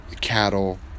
cattle